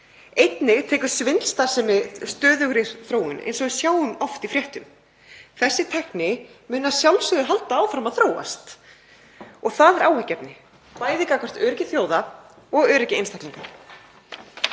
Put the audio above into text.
Einnig er svindlstarfsemi í stöðugri þróun eins og við sjáum oft í fréttum. Þessi tækni mun að sjálfsögðu halda áfram að þróast. Það er áhyggjuefni, bæði gagnvart öryggi þjóða og öryggi einstaklinga.